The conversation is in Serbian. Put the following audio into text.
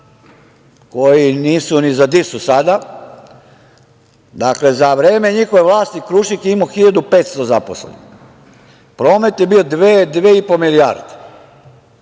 koji nisu ni za di su sada, dakle, za vreme njihove vlasti Krušik je imao 1500 zaposlenih, promet je bio dve i po milijarde,